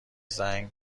زنگ